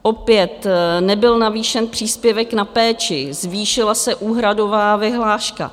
Opět nebyl navýšen příspěvek na péči, zvýšila se úhradová vyhláška.